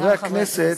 חברי הכנסת,